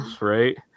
right